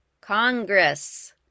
Congress